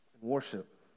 worship